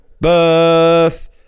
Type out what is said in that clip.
birth